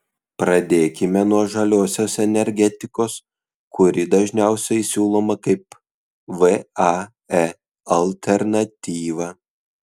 pradėkime nuo žaliosios energetikos kuri dažniausiai siūloma kaip vae alternatyva